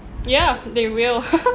yeah they will